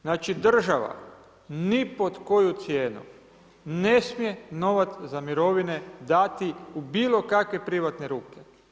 Znači država, ni pod koju cijenu ne smije novac za mirovine, dati u bilo kakve privatne ruke.